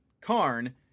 Karn